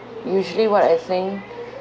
usually what I think